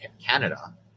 canada